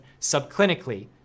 subclinically